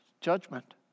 judgment